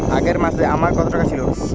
আগের মাসে আমার কত টাকা ছিল?